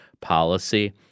policy